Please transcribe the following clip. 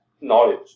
knowledge